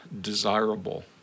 desirable